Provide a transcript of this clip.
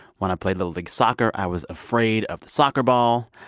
when i played little league soccer, i was afraid of the soccer ball.